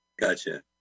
Gotcha